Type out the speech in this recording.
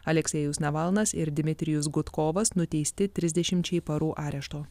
aleksejus navalnas ir dmitrijus gudkovas nuteisti trisdešimčiai parų arešto